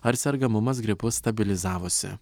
ar sergamumas gripu stabilizavosi